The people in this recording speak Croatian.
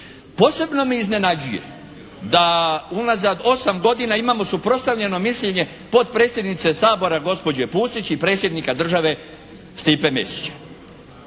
Posebno me iznenađuje da unazad osam godina imamo suprotstavljeno mišljenje potpredsjednice Sabora gospođe Pusić i predsjednika države Stipe Mesića.